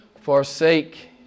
forsake